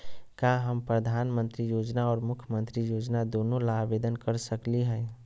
का हम प्रधानमंत्री योजना और मुख्यमंत्री योजना दोनों ला आवेदन कर सकली हई?